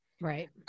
Right